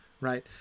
right